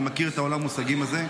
אני מכיר את עולם המושגים הזה.